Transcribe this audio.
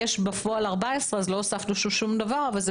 יש בפועל 14. אז לא הוספנו שום דבר וזה